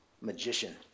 magician